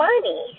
money